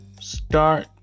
start